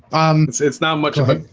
um, it's it's not much of it.